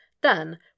Then